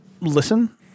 listen